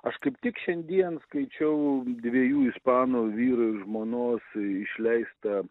aš kaip tik šiandien skaičiau dviejų ispanų vyro ir žmonos išleistą